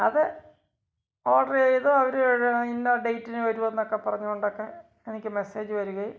അത് ഓര്ഡർ ചെയ്ത് അവർ ഇന്ന ഡേറ്റിന് വരും എന്നൊക്കെ പറഞ്ഞുകൊണ്ട് ഒക്കെ എനിക്ക് മെസ്സേജ് വരികയും